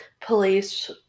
police